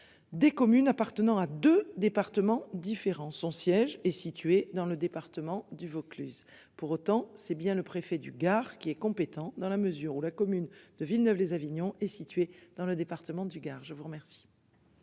Des communes appartenant à 2 départements différents. Son siège est situé dans le département du Vaucluse. Pour autant, c'est bien le préfet du Gard qui est compétent dans la mesure où la commune de Villeneuve les Avignon est situé dans le département du Gard. Je vous remercie.